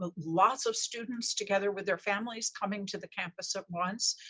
ah lots of students together with their families coming to the campus at once.